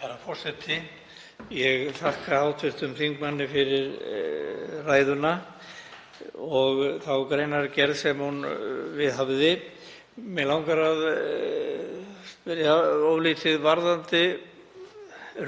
Herra forseti. Ég þakka hv. þingmanni fyrir ræðuna og þá greinargerð sem hún viðhafði. Mig langar að spyrja ofurlítið varðandi